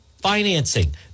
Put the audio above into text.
financing